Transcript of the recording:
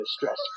distress